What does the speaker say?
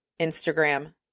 Instagram